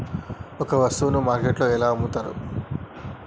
ఒక వస్తువును మార్కెట్లో ఎలా అమ్ముతరు?